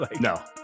no